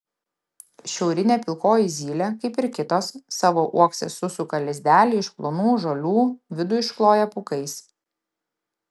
šiaurinė pilkoji zylė kaip ir kitos savo uokse susuka lizdelį iš plonų žolių vidų iškloja pūkais